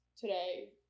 today